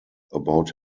about